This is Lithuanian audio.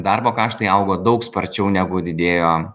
darbo kaštai augo daug sparčiau negu didėjo